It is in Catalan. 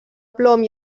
plom